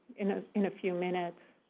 in ah in a few minutes.